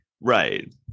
Right